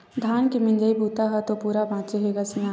धान के मिजई बूता ह तो पूरा बाचे हे ग सियान